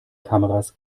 kameras